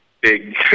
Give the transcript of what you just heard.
big